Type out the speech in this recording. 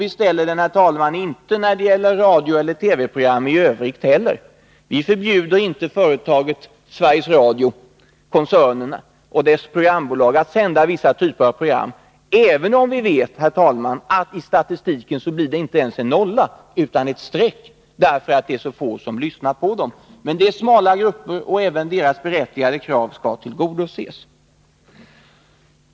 Vi ställer inte heller, herr talman, sådana krav när det gäller radioeller TV-program i övrigt. Vi förbjuder inte koncernen Sveriges Radio och dess programbolag att sända vissa typer av program, även om vi vet att detistatistiken inte ens blir en nolla utan ett streck, därför att det är så få som lyssnar på programmet. Det rör sig om små grupper, men även deras berättigade krav skall tillgodoses.